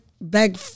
Bag